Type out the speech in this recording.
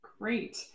Great